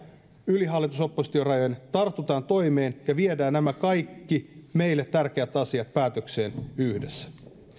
yli hallitus oppositio rajojen tartutaan toimeen ja viedään nämä kaikki meille tärkeät asiat päätökseen yhdessä